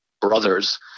brothers